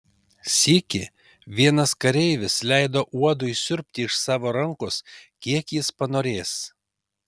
sykį vienas kareivis leido uodui siurbti iš savo rankos kiek jis panorės